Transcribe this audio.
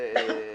רוצה